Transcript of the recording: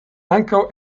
ankaŭ